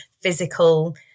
physical